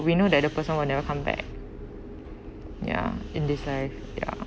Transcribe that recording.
we know that the person will never come back ya in this life ya